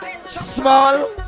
Small